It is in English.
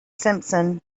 simpson